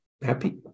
happy